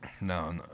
No